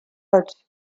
łódź